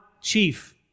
chief